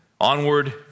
Onward